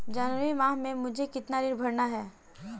जनवरी माह में मुझे कितना ऋण भरना है?